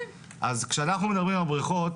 אז כשאנחנו מדברים על בריכות,